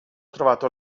trovato